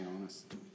honest